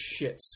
shits